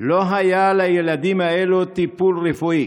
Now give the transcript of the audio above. לא היה לילדים האלה טיפול רפואי